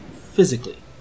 physically